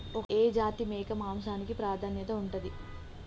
ఏ జాతి మేక మాంసానికి ప్రాధాన్యత ఉంటది?